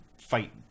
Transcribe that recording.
fight